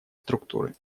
структуры